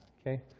Okay